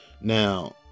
now